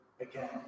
again